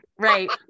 Right